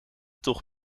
toch